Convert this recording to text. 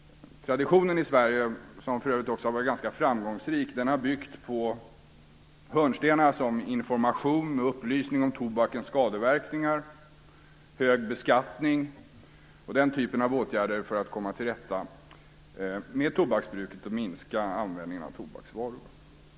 Traditionen i Sverige, som för övrigt också har varit ganska framgångsrik, har byggt på hörnstenar som information, upplysning om tobakens skadeverkningar, hög beskattning och den typen av åtgärder för att komma till rätta med tobaksbruket och minska användningen av tobaksvaror.